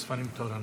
יש ספרים תורניים.